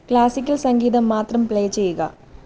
classical സംഗീതം മാത്രം play ചെയ്യുക